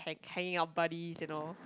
hanging out buddies you know